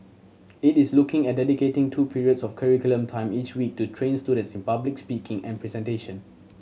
it is looking at dedicating two periods of curriculum time each week to train students in public speaking and presentation